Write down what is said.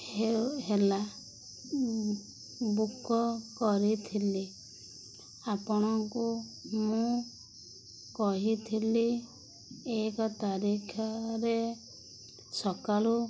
ହେ ହେଲା ବୁକ କରିଥିଲି ଆପଣଙ୍କୁ ମୁଁ କହିଥିଲି ଏକ ତାରିଖରେ ସକାଳୁ